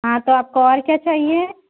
ہاں تو آپ کو اور کیا چاہیے